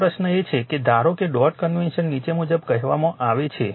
હવે પ્રશ્ન એ છે કે ધારો કે ડોટ કન્વેન્શન નીચે મુજબ કહેવામાં આવે છે